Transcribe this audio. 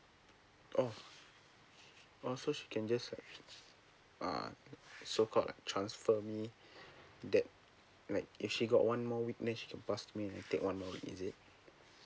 oh also she can just like uh so call like transfer me that like if she got one more week leave to pass me and take one more week is it